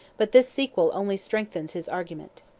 but this sequel only strengthens his argument.